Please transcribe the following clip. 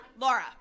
Laura